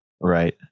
right